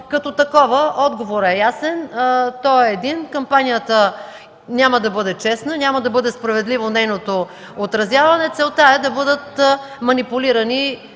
като такова. Отговорът е ясен, той е един – кампанията няма да бъде честна, няма да бъде справедливо нейното отразяване и целта е да бъдат манипулирани